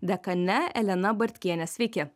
dekane elena bartkiene sveiki